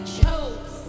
chose